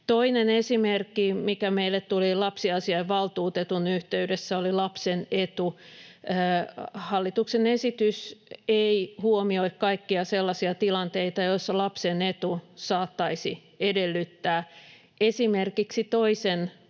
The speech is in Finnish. Toinen esimerkki, mikä meille tuli lapsiasiainvaltuutetun yhteydessä, oli lapsen etu. Hallituksen esitys ei huomioi kaikkia sellaisia tilanteita, joissa lapsen etu saattaisi edellyttää esimerkiksi toisen